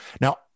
Now